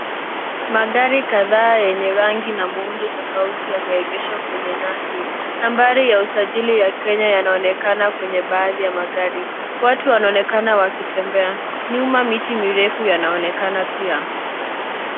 Magari kadhaa yenye rangi na muundo tofauti, yameegeshwa kwenye nyasi. Nambari ya usajili ya Kenya yanaonekana kwenye baadhi ya magari. Watu wanaonekana wakitembea. Nyuma miti mirefu yanaonekana pia.